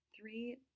Three